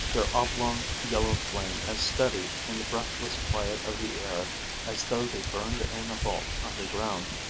their oblong yellow flame as steady in the breathless quiet of the air as though they burned in a vault underground.